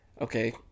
okay